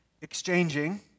exchanging